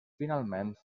finalment